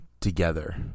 together